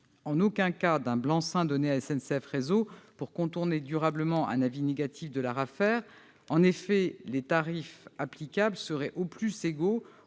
en aucun cas d'un blanc-seing donné à SNCF Réseau pour contourner durablement un avis négatif de l'ARAFER. En effet, les tarifs applicables seraient au plus égaux